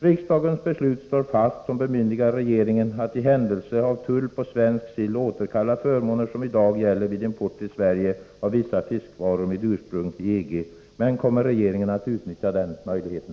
Riksdagens beslut står fast — det beslut som bemyndigar regeringen att i händelse av tull på svensk sill återkalla förmåner som i dag gäller vid import till Sverige av vissa fiskvaror med ursprung i EG. Men kommer regeringen att utnyttja den möjligheten?